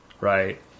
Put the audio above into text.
Right